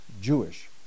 Jewish